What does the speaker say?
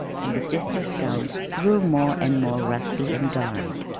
and the sisters' gowns grew more and more rusty and darned.